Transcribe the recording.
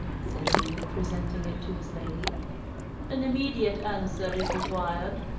said he, presenting it to his lady an immediate answer is required.